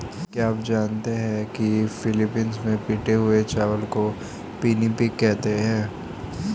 क्या आप जानते हैं कि फिलीपींस में पिटे हुए चावल को पिनिपिग कहते हैं